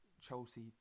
Chelsea